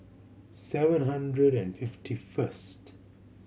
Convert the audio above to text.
seven hundred and fifty first